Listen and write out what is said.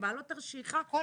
במעלות תרשיחא ועוד מקומות.